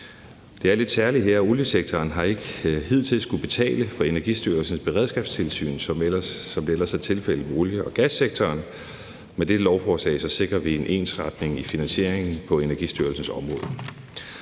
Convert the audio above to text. Det er lidt særligt her, at oliesektoren ikke hidtil har skullet betale for Energistyrelsens beredskabstilsyn, som det ellers er tilfældet med el- og gassektoren. Med dette lovforslag sikrer vi en ensretning i finansieringen på Energistyrelsens område.